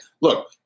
Look